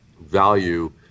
value